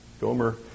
Gomer